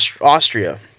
Austria